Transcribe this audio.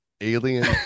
alien